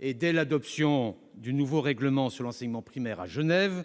Dès l'adoption du nouveau règlement relatif à l'enseignement primaire à Genève,